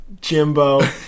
Jimbo